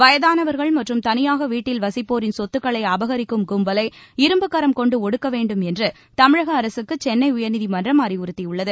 வயதானவர்கள் மற்றும் தனியாக வீட்டில் வசிப்போரின் சொத்துக்களை அபகரிக்கும் கும்பலை இரும்புக்கரம் கொண்டு ஒடுக்க வேண்டும் என்று தமிழக அரகக்கு சென்னை உயர்நீதிமன்றம் அறிவுறுத்தியுள்ளது